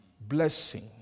blessing